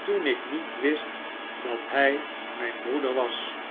toen ik niet wist dat hij mijn broeder was